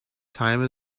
time